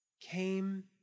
came